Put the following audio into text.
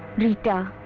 rita.